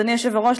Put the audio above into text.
אדוני היושב-ראש,